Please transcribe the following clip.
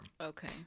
Okay